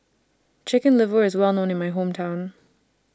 Chicken Liver IS Well known in My Hometown